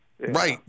Right